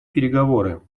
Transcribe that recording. переговоры